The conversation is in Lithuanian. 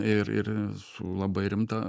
ir ir su labai rimta